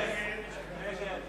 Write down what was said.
42ד המוצע)